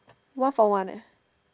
one for one eh